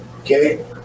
okay